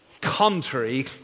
contrary